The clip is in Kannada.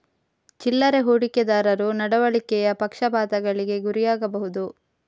ಚಿಲ್ಲರೆ ಹೂಡಿಕೆದಾರರು ನಡವಳಿಕೆಯ ಪಕ್ಷಪಾತಗಳಿಗೆ ಗುರಿಯಾಗಬಹುದು